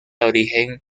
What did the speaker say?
origen